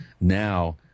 now